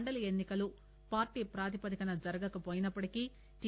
మండలి ఎన్ని కలు పార్టీ ప్రాతిపదికన జరగకవోయినప్పటికి టి